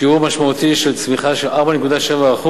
שיעור משמעותי של צמיחה של 4.7%,